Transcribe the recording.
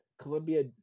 Colombia